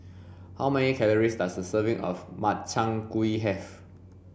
how many calories does a serving of Makchang gui have